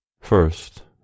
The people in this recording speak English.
First